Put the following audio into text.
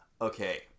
okay